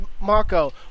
Marco